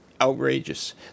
Outrageous